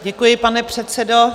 Děkuji, pane předsedo.